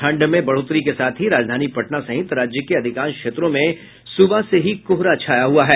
ठंड में बढ़ोतरी के साथ ही राजधानी पटना सहित राज्य के अधिकांश क्षेत्रों में सुबह से ही कोहरा छाया हुआ है